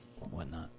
whatnot